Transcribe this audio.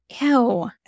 ew